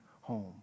home